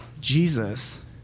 Jesus